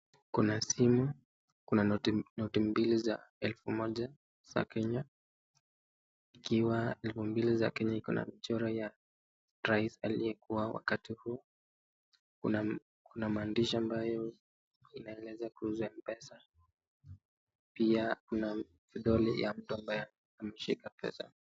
Kuna simu, kuna noti mbili za elfu moja za Kenya, ikiwa elfu mbili za Kenya iko na mchoro ya rais aliyekuwa wakati huu, kuna maandishi ambayo inaeleza kuhusu Mpesa, pia kuna vidole ya mtu ambaye ameshika pesa.